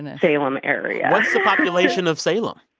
and salem area what's a population of salem?